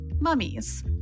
mummies